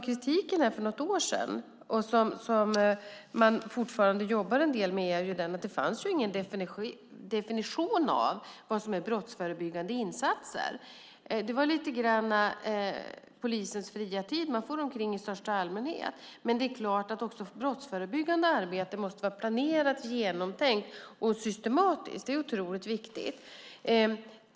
Kritiken för något år sedan, och som man fortfarande jobbar med, är att det inte fanns någon definition av vad som är brottsförebyggande insatser. Det var lite grann av polisens fria tid. Man for omkring i största allmänhet. Men det är klart att också brottsförebyggande arbete måste vara planerat, genomtänkt och systematiskt. Det är otroligt viktigt.